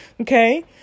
Okay